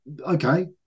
Okay